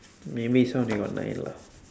maybe this one only they got nine lah